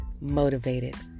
motivated